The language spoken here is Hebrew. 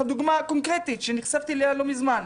דוגמה קונקרטית שנחשפתי אליה לא מזמן.